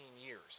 years